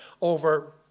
over